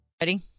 Ready